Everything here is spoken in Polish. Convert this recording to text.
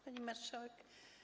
Pani Marszałek!